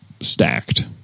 stacked